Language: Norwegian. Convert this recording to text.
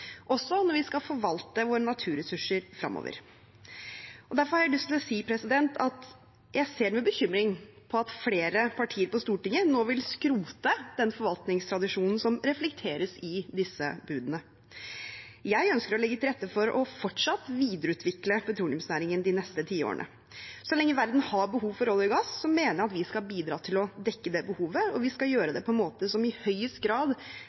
også når vi skal forvalte våre naturressurser fremover. Derfor har jeg lyst til å si at jeg ser med bekymring på at flere partier på Stortinget nå vil skrote den forvaltningstradisjonen som reflekteres i disse budene. Jeg ønsker å legge til rette for fortsatt å videreutvikle petroleumsnæringen de neste tiårene. Så lenge verden har behov for olje og gass, mener jeg at vi skal bidra til å dekke det behovet, og vi skal gjøre det på en måte som i høyest grad